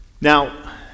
Now